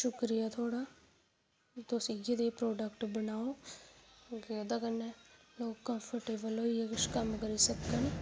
शुक्रिया थुआढ़ा तुस इयैं नेह् प्रोडक्ट बनाओ लोक ओह्दै कन्नै कम्फर्टेबल होईये कम्म करी सकन अपना